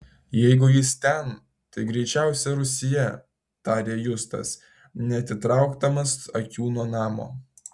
jeigu jis ten tai greičiausiai rūsyje tarė justas neatitraukdamas akių nuo namo